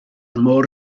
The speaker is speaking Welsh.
môr